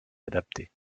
adapté